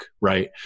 right